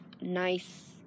nice